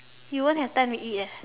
you won't have time to eat eh